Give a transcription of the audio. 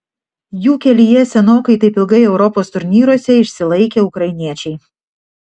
jų kelyje senokai taip ilgai europos turnyruose išsilaikę ukrainiečiai